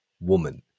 woman